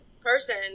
person